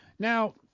Now